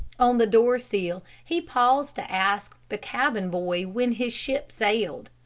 on the doorsill he paused to ask the cabin boy when his ship sailed.